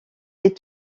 est